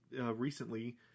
recently